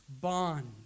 bond